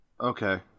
Okay